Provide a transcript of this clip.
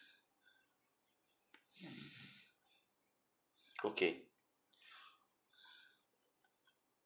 okay